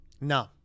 No